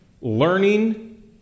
learning